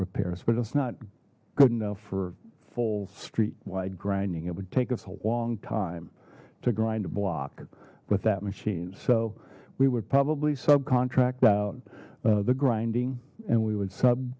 repairs but it's not good enough for full street wide grinding it would take us a long time to grind a block with that machine so we would probably subcontract out the grinding and we would